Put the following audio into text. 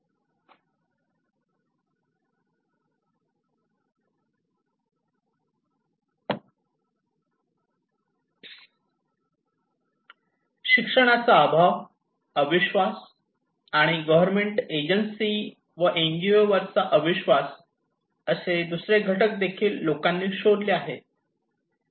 तसेच शिक्षणाचा अभाव अविश्वास आणि गव्हर्मेंट एजन्सी व NGO's वरचा अविश्वास असे दुसरे घटक देखील लोकांनी शोधले आहेत